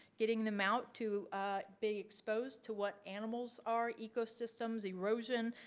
getting them out to be exposed to what animals are ecosystems, erosion,